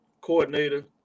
coordinator